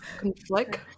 conflict